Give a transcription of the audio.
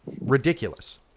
ridiculous